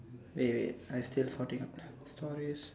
wait wait I still sorting out sorry